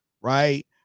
right